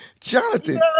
Jonathan